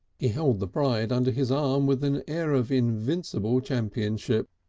he held the bride under his arm with an air of invincible championship,